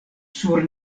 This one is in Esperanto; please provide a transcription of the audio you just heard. sur